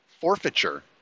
forfeiture